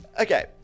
Okay